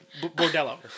Bordello